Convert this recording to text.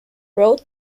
road